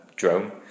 Drone